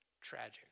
tragic